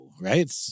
Right